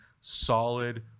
solid